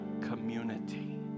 community